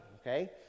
okay